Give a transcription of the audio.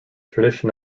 tradition